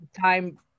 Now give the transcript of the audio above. time